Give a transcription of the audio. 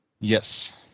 Yes